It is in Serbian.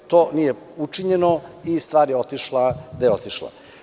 To nije učinjeno i stvar je otišla, gde je otišla.